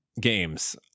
games